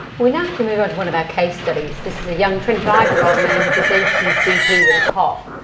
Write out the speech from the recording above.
we now have to move onto one of our case studies. this is a young twenty five year old man who presents to his gp with a cough.